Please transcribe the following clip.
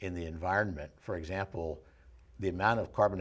in the environment for example the amount of carbon